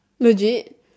allergic